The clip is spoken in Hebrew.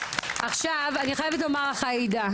עכשיו אני חייבת לומר לך עאידה,